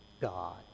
God